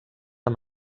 amb